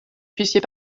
puissiez